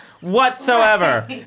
whatsoever